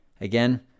Again